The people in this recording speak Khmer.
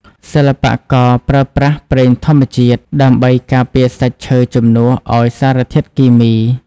សិល្បករប្រើប្រាស់ប្រេងធម្មជាតិដើម្បីការពារសាច់ឈើជំនួសឱ្យសារធាតុគីមី។